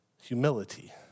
Humility